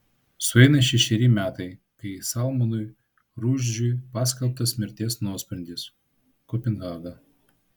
sueina šešeri metai kai salmanui rušdžiui paskelbtas mirties nuosprendis kopenhaga